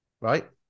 Right